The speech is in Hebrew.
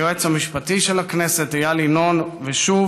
היועץ המשפטי של הכנסת איל ינון, ושוב